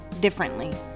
differently